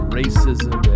racism